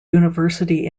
university